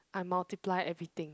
I multiply everything